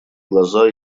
глаза